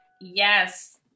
yes